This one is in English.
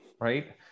Right